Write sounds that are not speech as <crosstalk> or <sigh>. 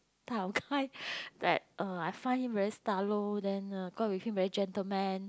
type of <laughs> guy that uh I find him very stylo then uh go out with him very gentlemen